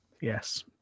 Yes